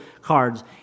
cards